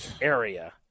area